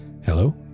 Hello